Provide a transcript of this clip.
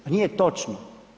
Pa nije točno.